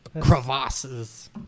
Crevasses